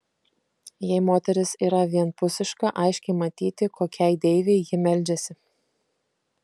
jei moteris yra vienpusiška aiškiai matyti kokiai deivei ji meldžiasi